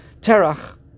Terach